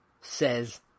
says